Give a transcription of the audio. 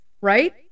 right